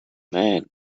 man